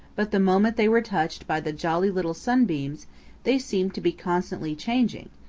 but the moment they were touched by the jolly little sunbeams they seemed to be constantly changing,